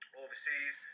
overseas